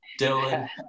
Dylan